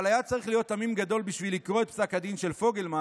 אבל היה צריך להיות תמים גדול בשביל לקרוא את פסק הדין של פוגלמן